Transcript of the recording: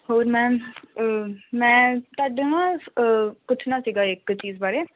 ਹੋਰ ਮੈਮ ਮੈਂ ਤੁਹਾਡੇ ਨਾ ਪੁੱਛਣਾ ਸੀਗਾ ਇੱਕ ਚੀਜ਼ ਬਾਰੇ